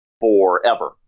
forever